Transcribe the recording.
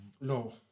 No